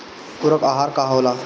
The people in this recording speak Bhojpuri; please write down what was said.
पुरक अहार का होला?